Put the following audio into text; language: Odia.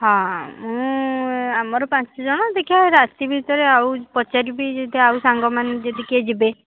ହଁ ମୁଁ ଆମର ପାଞ୍ଚଜଣ ଦେଖିବା ରାତି ଭିତରେ ଆଉ ପଚାରିବି ଯଦି ଆଉ ସାଙ୍ଗମାନେ ଯଦି କିଏ ଯିବେ